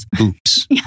Oops